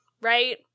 right